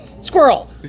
Squirrel